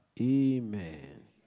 Amen